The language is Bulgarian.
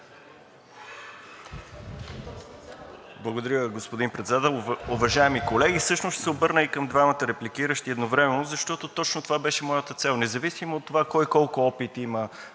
Благодаря, господин Председател. Уважаеми колеги! Всъщност ще се обърна и към двамата репликиращи едновременно. Точно това беше моята цел – независимо от това кой колко опит има